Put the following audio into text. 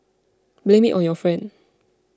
blame me on your friend